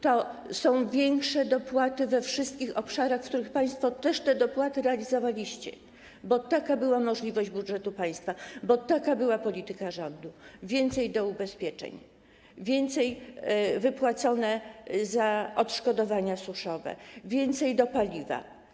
To są większe dopłaty we wszystkich obszarach, w których państwo też te dopłaty realizowaliście, bo taka była możliwość budżetu państwa, bo taka była polityka rządu - więcej do ubezpieczeń, więcej wypłaconych odszkodowań suszowych, więcej do paliwa.